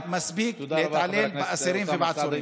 די, מספיק להתעלל באסירים ובעצורים.